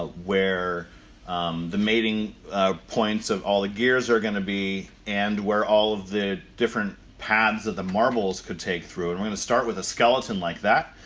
ah where the mating points of all the gears are going to be, and where all of the different paths that the marbles could take through. and we're gonna start with a skeleton like that,